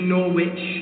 Norwich